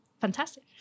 fantastic